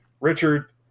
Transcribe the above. richard